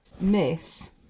miss